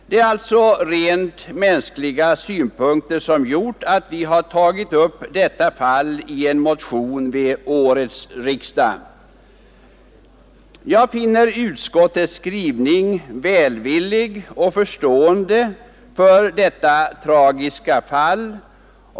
Det är alltså rent mänskliga synpunkter som gjort att vi har tagit upp detta fall i en motion vid årets riksdag. Jag finner utskottets skrivning välvillig och förstående för detta tragiska fall.